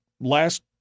last